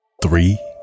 Three